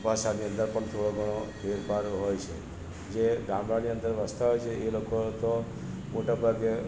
ભાષાની અંદર પણ થોડો ઘણો ફેરફાર હોય છે જે ગામડાની અંદર વસતા હોય છે એ લોકો તો મોટા ભાગે